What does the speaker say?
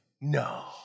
No